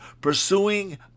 pursuing